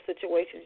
situations